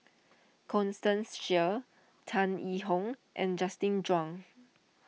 Constance Sheares Tan Yee Hong and Justin Zhuang